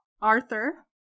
Arthur